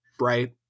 right